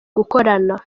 gukorana